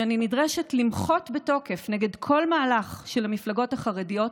שאני נדרשת למחות בתוקף נגד כל מהלך של המפלגות החרדיות,